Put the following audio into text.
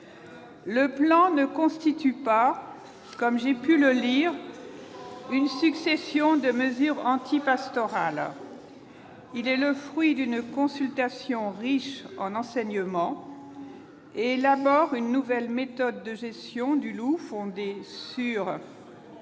Le plan ne constitue pas, comme j'ai pu le lire, une succession de mesures antipastorales. C'est incroyable ! Il est le fruit d'une consultation riche en enseignements et élabore une nouvelle méthode de gestion du loup fondée,